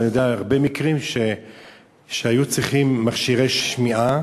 ואני יודע על הרבה מקרים שהיו צריכים מכשירי שמיעה